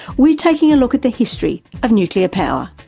we're taking a look at the history of nuclear power.